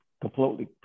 completely